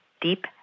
deep